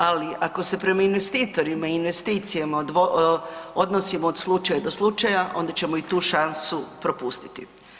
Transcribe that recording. Ali ako se prema investitorima i investicijama odnosimo od slučaja do slučaja onda ćemo i tu šansu propustiti.